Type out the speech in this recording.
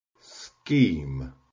scheme